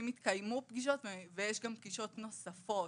התקיימו פגישות ויש גם פגישות נוספות.